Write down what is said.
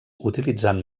utilitzant